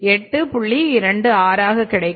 26 ஆக இருக்கும்